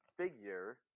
figure